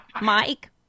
Mike